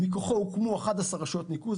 מכוחו הוקמו 11 רשויות ניקוז,